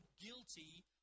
guilty